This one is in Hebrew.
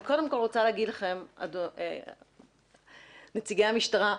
אני קודם כל רוצה להגיד לכם, נציגי המשטרה,